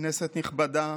כנסת נכבדה,